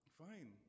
fine